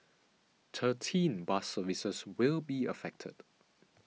thirteen bus services will be affected